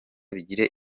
bigire